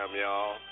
y'all